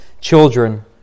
children